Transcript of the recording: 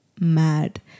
mad